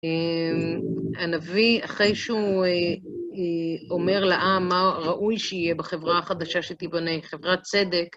הנביא, אחרי שהוא אומר לעם מה ראוי שיהיה בחברה החדשה שתיבנה, חברת צדק,